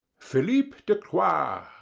philippe de croy, ah